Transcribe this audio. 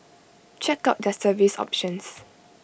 check out their service options